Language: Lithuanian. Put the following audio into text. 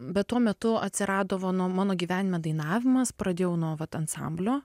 bet tuo metu atsirado va nu mano gyvenime dainavimas pradėjau nuo vat ansamblio